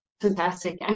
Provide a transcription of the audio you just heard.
fantastic